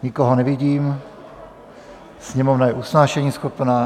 Nikoho nevidím, Sněmovna je usnášeníschopná.